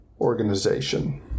organization